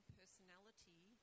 personality